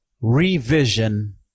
Revision